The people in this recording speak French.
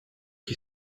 qui